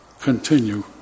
continue